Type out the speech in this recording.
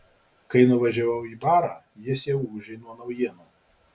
kai nuvažiavau į barą jis jau ūžė nuo naujienų